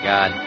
God